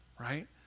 right